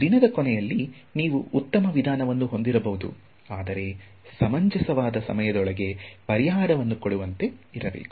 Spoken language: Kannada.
ದಿನದ ಕೊನೆಯಲ್ಲಿ ನೀವು ಉತ್ತಮ ವಿಧಾನವನ್ನು ಹೊಂದಿರಬಹುದು ಆದರೆ ಸಮಂಜಸವಾದ ಸಮಯದೊಳಗೆ ಪರಿಹಾರವನ್ನು ಕೊಡುವಂತೆ ಇರಬೇಕು